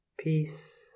Peace